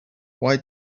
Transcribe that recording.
why